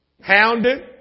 hounded